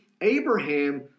Abraham